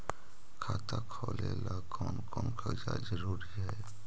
खाता खोलें ला कोन कोन कागजात जरूरी है?